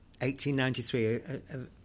1893